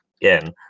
again